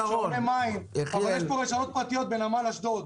אבל יש פה רשתות פרטיות בנמל אשדוד,